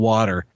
Water